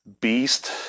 Beast